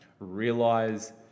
Realize